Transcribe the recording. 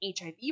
HIV